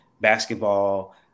basketball